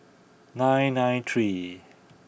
nine nine three